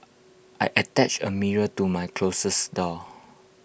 I attached A mirror to my closet door